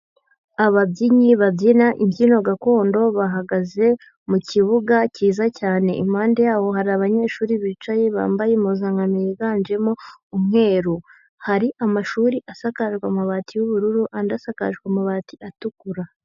Ababyinnyi babyina imbyino gakondo bahagaze mu kibuga cyiza cyane. Impande yabo hari abanyeshuri bicaye bambaye impuzankano yiganjemo umweru. Hari amashuri asakajwe amabati y'ubururu, andi asakajwe amabati atukura.